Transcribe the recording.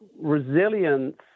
resilience